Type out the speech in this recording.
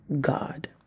God